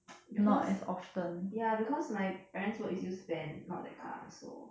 because ya because my parents work is use van not that car so